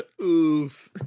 Oof